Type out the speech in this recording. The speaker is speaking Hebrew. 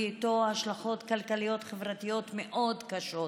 איתו השלכות כלכליות-חברתיות מאוד קשות.